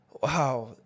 wow